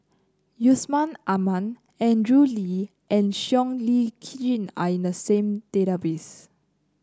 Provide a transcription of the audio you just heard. Yusman Aman Andrew Lee and Siow Lee Chin are in the same database